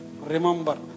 remember